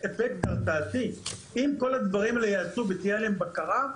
אפקט הרתעתי - אם כל הדברים האלה ייעשו ותהיה עליהם בקרה,